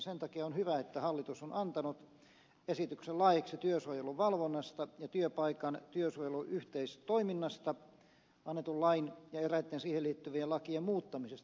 sen takia on hyvä että hallitus on antanut esityksen laeiksi työsuojelun valvonnasta ja työpaikan työsuojeluyhteistoiminnasta annetun lain ja eräiden siihen liittyvien lakien muuttamisesta